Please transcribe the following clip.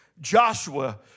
Joshua